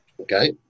Okay